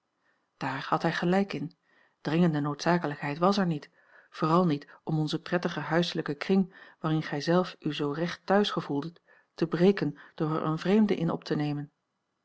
daar had hij gelijk in dringende noodzakelijkheid was er niet vooral niet om onzen prettigen huiselijken kring waarin gij zelf u zoo recht thuis gevoeldet te breken door er eene vreemde in op te nemen